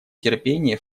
терпение